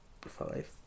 Five